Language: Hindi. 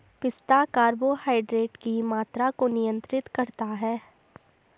पिस्ता कार्बोहाइड्रेट की मात्रा को नियंत्रित करता है